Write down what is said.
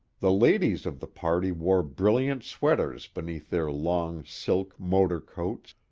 the ladies of the party wore brilliant sweaters beneath their long silk motor coats,